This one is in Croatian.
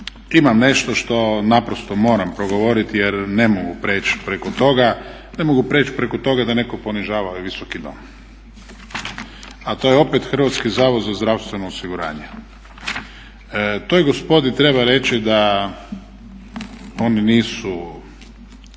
imam nešto što naprosto moram progovoriti jer ne mogu prijeći preko toga. Ne mogu prijeći preko toga da netko ponižava ovaj Visoki dom. A to je opet Hrvatski zavod za zdravstveno osiguranje. Toj gospodi treba reći da oni nisu